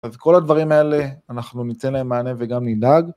אז כל הדברים האלה אנחנו ניתן להם מענה וגם נדאג.